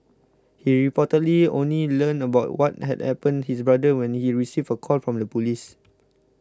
he reportedly only learned about what had happened to his brother when he received a call from the police